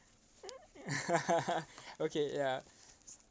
okay ya